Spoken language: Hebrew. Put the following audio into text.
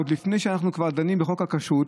עוד לפני שאנחנו דנים בחוק הכשרות,